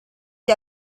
gli